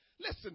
Listen